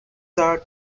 the